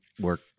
work